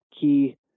key